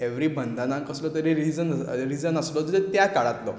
every बंधनाक कसलो तरी रिझन आसलो त्या काळांतलो